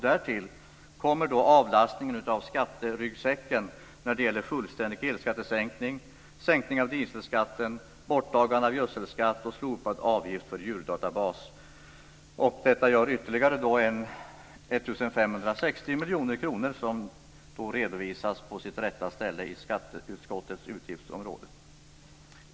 Därtill kommer avlastningen av skatteryggsäcken när det gäller fullständig elskattesänkning, sänkning av dieselskatten, borttagande av gödselskatt och slopad avgift för djurdatabas. Detta gör ytterligare 1 560 miljoner kronor som redovisas på sitt rätta ställe under skatteutskottets utgiftsområde.